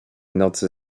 nocy